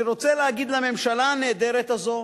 אני רוצה להגיד לממשלה הנהדרת הזאת,